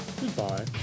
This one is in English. goodbye